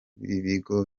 bigo